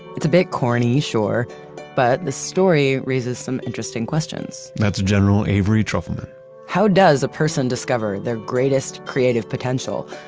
it's a bit corny sure but the story raises some interesting questions that's general avery trufelman how does a person discover their greatest creative potential,